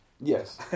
Yes